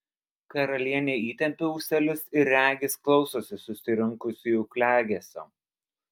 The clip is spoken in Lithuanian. karalienė įtempia ūselius ir regis klausosi susirinkusiųjų klegesio